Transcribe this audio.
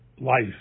life